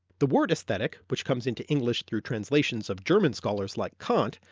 the word aesthetic, which comes into english through translations of german scholars like kant,